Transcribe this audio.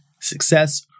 success